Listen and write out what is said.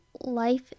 life